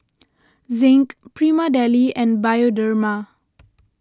Zinc Prima Deli and Bioderma